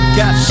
got